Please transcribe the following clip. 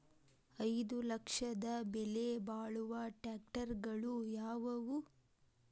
ಐದು ಲಕ್ಷದ ಬೆಲೆ ಬಾಳುವ ಟ್ರ್ಯಾಕ್ಟರಗಳು ಯಾವವು?